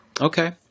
Okay